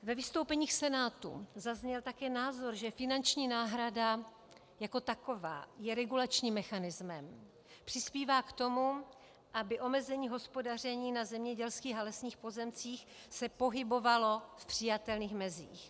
Ve vystoupeních Senátu zazněl taky názor, že finanční náhrada jako taková je regulačním mechanismem, přispívá k tomu, aby omezení hospodaření na zemědělských a lesních pozemcích se pohybovalo v přijatelných mezích.